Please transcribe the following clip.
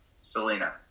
Selena